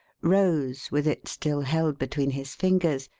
rose with it still held between his fingers,